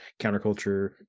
counterculture